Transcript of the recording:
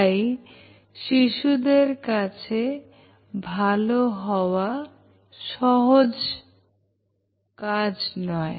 তাই শিশুদের কাছে ভালো হওয়া সহজ নয়